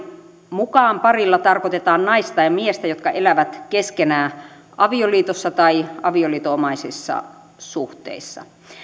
mukaan parilla tarkoitetaan naista ja miestä jotka elävät keskenään avioliitossa tai avioliiton omaisessa suhteessa